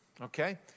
Okay